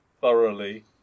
thoroughly